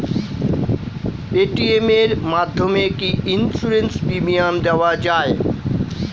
Paytm এর মাধ্যমে কি ইন্সুরেন্স প্রিমিয়াম দেওয়া যায়?